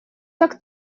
так